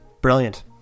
Brilliant